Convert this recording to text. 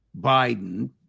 Biden